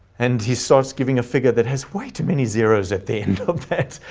and he starts giving a figure that has way too many zeros at the end of that.